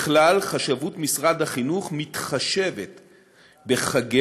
ככלל, חשבות משרד החינוך מתחשבת בחגי,